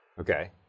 Okay